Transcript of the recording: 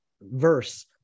verse